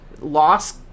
loss